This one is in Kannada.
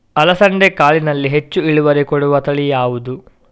ಅಲಸಂದೆ ಕಾಳಿನಲ್ಲಿ ಹೆಚ್ಚು ಇಳುವರಿ ಕೊಡುವ ತಳಿ ಯಾವುದು?